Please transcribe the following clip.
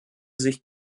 sich